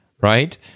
right